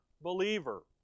believer